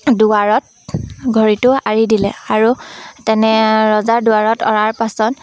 দুৱাৰত ঘড়ীটো আৰি দিলে আৰু তেনে ৰজাৰ দুৱাৰত অৰাৰ পাছত